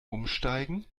umsteigen